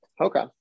Okay